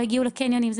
לא הגיעו לקניונים.